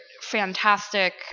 fantastic